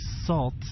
salt